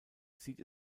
sieht